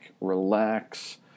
relax